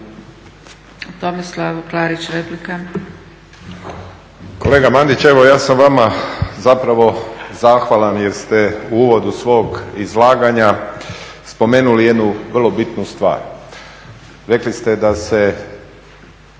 Tomislav Klarić, replika.